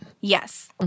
Yes